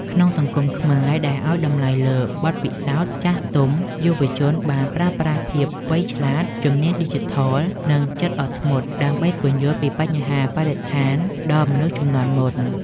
ក្នុងសង្គមខ្មែរដែលឱ្យតម្លៃលើបទពិសោធន៍ចាស់ទុំ យុវជនបានប្រើប្រាស់ភាពវៃឆ្លាត ជំនាញឌីជីថល និងចិត្តអត់ធ្មត់ ដើម្បីពន្យល់ពីបញ្ហាបរិស្ថានដល់មនុស្សជំនាន់មុន។